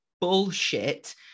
bullshit